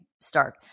start